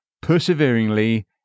perseveringly